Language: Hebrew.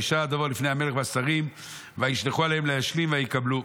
ויישר הדבר לפני המלך והשרים וישלחו אליהם להשלים ויקבלו.